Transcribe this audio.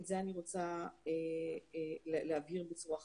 את זה אני רוצה להבהיר בצורה חד-משמעית.